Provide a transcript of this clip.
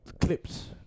Clips